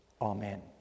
Amen